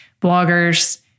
bloggers